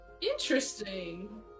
interesting